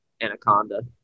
Anaconda